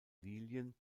lilien